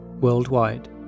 worldwide